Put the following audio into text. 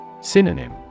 Synonym